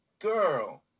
girl